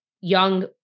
young